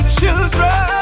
children